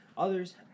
Others